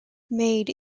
made